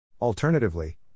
Alternatively